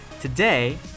Today